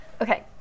Okay